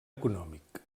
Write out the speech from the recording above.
econòmic